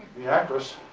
the actress